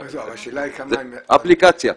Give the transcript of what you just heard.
זה אפליקציה.